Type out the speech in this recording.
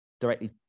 directly